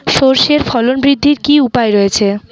সর্ষের ফলন বৃদ্ধির কি উপায় রয়েছে?